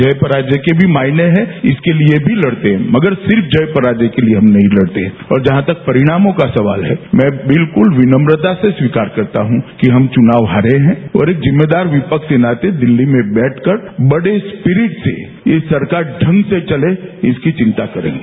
जय पराजय के भी मायने है इसके लिए भी लड़ते हैं मगर सिर्फ जय पराजय के लिए हम नहीं लडते और जहां तक परिणामों का सवाल है मैं विल्कुल विनम्रता से स्वीकार करता हूं कि हम चुनाव हारे हैं और एक जिम्मेदार विपक्ष के नाते दिल्ली में बैठकर बड़े स्प्रीट से ये सरकार ढंग से चले इसकी चिंता करेंगे